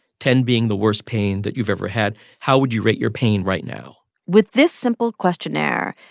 ten being the worst pain that you've ever had, how would you rate your pain right now? with this simple questionnaire,